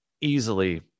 easily